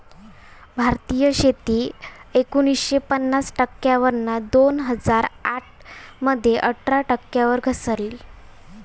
भारतीय शेती एकोणीसशे पन्नास टक्क्यांवरना दोन हजार आठ मध्ये अठरा टक्क्यांवर घसरली